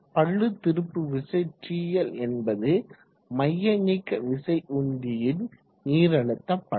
பளு திருப்பு விசை TL என்பது மையநீக்கவிசை உந்தியின் நீரழுத்த பளு